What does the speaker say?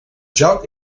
joc